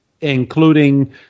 including